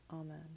Amen